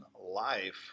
life